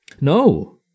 No